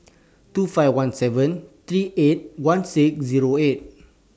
two five one seven three eight one six Zero eight